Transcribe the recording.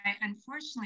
unfortunately